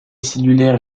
cellulaire